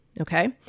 Okay